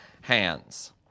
hands